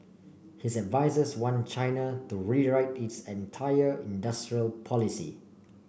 his advisers want China to rewrite its entire industrial policy